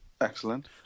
Excellent